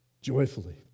joyfully